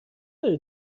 داری